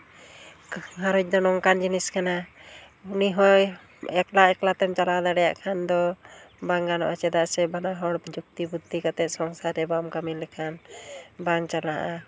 ᱜᱷᱟᱨᱚᱸᱡᱽ ᱫᱚ ᱱᱚᱝᱠᱟᱱ ᱡᱤᱱᱤᱥ ᱠᱟᱱᱟ ᱩᱱᱤ ᱦᱚᱸᱭ ᱮᱠᱞᱟ ᱮᱠᱞᱟ ᱛᱮᱢ ᱪᱟᱞᱟᱣ ᱫᱟᱲᱮᱭᱟᱜ ᱠᱷᱟᱱ ᱫᱚ ᱵᱟᱝ ᱜᱟᱱᱚᱜᱼᱟ ᱪᱮᱫᱟᱜ ᱥᱮ ᱵᱟᱱᱟ ᱦᱚᱲ ᱡᱩᱠᱛᱤ ᱵᱩᱫᱽᱫᱷᱤ ᱠᱟᱛᱮ ᱥᱚᱝᱥᱟᱨ ᱨᱮ ᱵᱟᱢ ᱠᱟᱹᱢᱤ ᱞᱮᱠᱷᱟᱱ ᱵᱟᱝ ᱪᱟᱞᱟᱜᱼᱟ